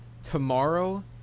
Tomorrow